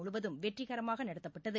முழுவதும் வெற்றிகரமாக நடத்தப்பட்டது